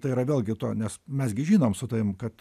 tai yra vėlgi to nes mes gi žinom su tavim kad